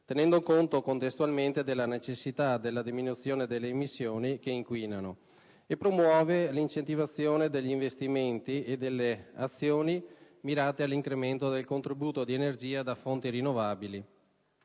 tenendo conto contestualmente della necessità della diminuzione delle emissioni che inquinano, e promuove l'incentivazione degli investimenti e delle azioni mirate all'incremento del contributo di energia da fonti rinnovabili